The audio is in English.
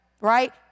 right